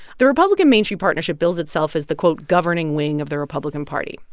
the republican main street partnership bills itself as the, quote, governing wing of the republican party.